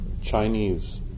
Chinese